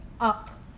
up